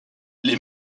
les